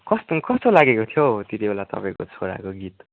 कस्तो कस्तो लागेको थियो हौ त्यतिबेला तपाईँको छोराको गित